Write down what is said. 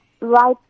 right